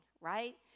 right